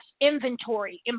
inventory